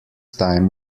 time